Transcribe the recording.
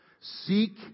Seek